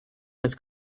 was